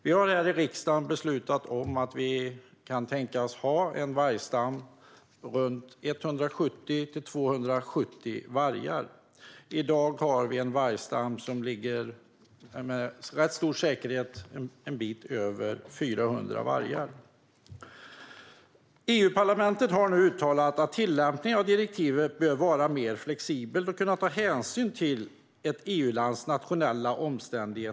Vi har här i riksdagen beslutat om att vi kan tänkas ha en vargstam på 170-270 vargar. I dag har vi en vargstam som med rätt stor säkerhet omfattar en bit över 400 vargar. EU-parlamentet har nu uttalat att tillämpningen av direktivet bör vara mer flexibel och kunna ta hänsyn till ett EU-lands nationella omständigheter.